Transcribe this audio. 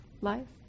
life